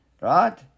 right